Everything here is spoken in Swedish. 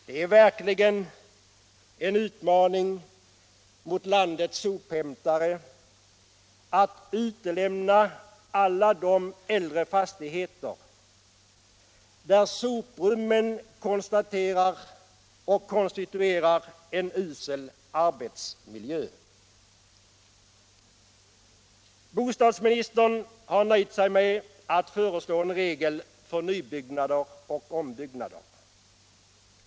Det är verkligen en utmaning mot landets sophämtare att utelämna alla de äldre fastigheter där soprummen konstituerar en usel arbetsmiljö. Bostadsministern har nöjt sig med att föreslå en regel för nybyggnader och ombyggnader.